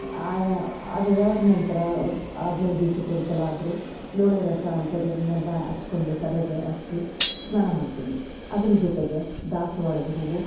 ಆದ ಅದದಾದ ನಂತರ ಹದಿನೈದು ದಿವ್ಸಕ್ಕೆ ಒಂದ್ಸಲ ಆದರು ಲೋಳೆ ರಸ ಅಂಥದನ್ನೆಲ್ಲ ಹಚ್ಕೊಂಡು ತಲೆಗೆ ಹಚ್ಚಿ ಸ್ನಾನ ಮಾಡ್ತಿವಿ ಅದ್ರ ಜೊತೆಗೆ ದಾಸ್ವಾಳದ ಹೂವು